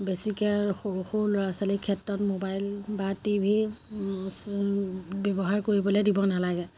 বেছিকে সৰু সৰু ল'ৰা ছোৱালীৰ ক্ষেত্ৰত মোবাইল বা টিভি ব্যৱহাৰ কৰিবলে দিব নালাগে